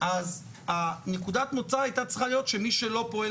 אז נקודת המוצא הייתה צריכה להיות שמי שלא פועל